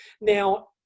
Now